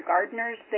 Gardeners